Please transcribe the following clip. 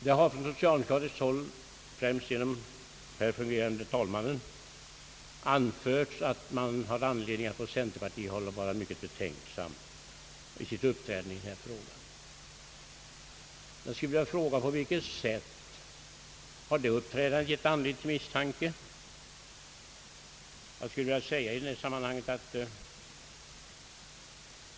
Det har från socialdemokratiskt håll, främst genom herr fungerande talmannen, anförts att man haft anledning att från centerpartihåll vara mycket betänksam i sitt uppträdande i denna fråga. Jag skulle vilja fråga: På vilket sätt har det uppträdandet givit anledning till misstanke?